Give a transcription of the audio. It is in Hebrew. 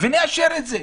ונאשר את זה.